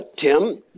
Tim